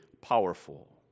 powerful